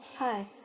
Hi